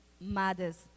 mothers